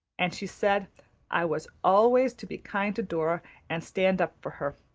and she said i was always to be kind to dora and stand up for her,